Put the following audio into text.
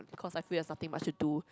cause I feel there's nothing much to do